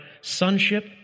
sonship